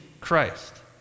Christ